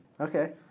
Okay